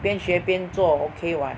边学边做 okay [what]